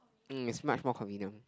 hmm it's much more convenient